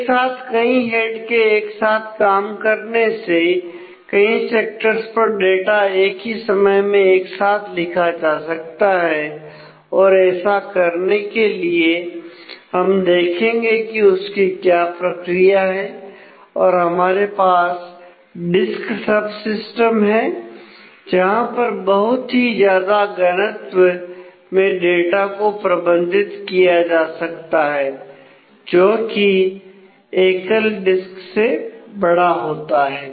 एक साथ कई हेड के एक साथ काम करने से कई सेक्टर्स पर डाटा एक ही समय मैं एक साथ लिखा जा सकता है और ऐसा करने के लिए हम देखेंगे कि उसकी क्या प्रक्रिया है और हमारे पास डिस्क सबसिस्टम हैं जहां पर बहुत ही ज्यादा घनत्व में डाटा को प्रबंधित किया जा सकता है जो कि एक एकल डिस्क से बड़ा होता है